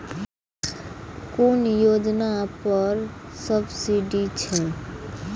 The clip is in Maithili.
कुन योजना पर सब्सिडी छै?